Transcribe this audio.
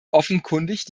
offenkundig